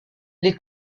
des